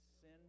Sin